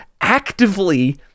actively